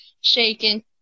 shaking